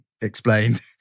explained